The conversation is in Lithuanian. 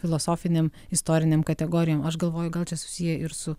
filosofinėm istorinėm kategorijom aš galvoju gal čia susiję ir su